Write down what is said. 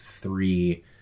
three